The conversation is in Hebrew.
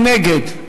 מי נגד?